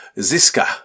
Ziska